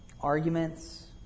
arguments